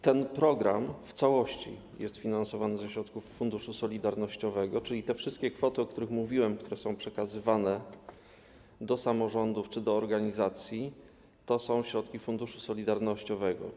Ten program w całości jest finansowany ze środków Funduszu Solidarnościowego, czyli te wszystkie kwoty, o których mówiłem, które są przekazywane do samorządów czy do organizacji, są środkami Funduszu Solidarnościowego.